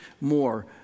more